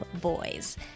boys